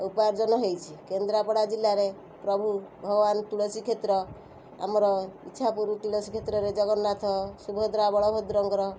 ଉପାର୍ଜନ ହେଇଛି କେନ୍ଦ୍ରପଡ଼ା ଜିଲ୍ଲାରେ ପ୍ରଭୁ ଭଗବାନ ତୁଳସୀକ୍ଷେତ୍ର ଆମର ଇଚ୍ଛାପୁରୁ ତୁଳସୀକ୍ଷେତ୍ରରେ ଜଗନ୍ନାଥ ସୁଭଦ୍ରା ବଳଭଦ୍ରଙ୍କର